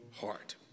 heart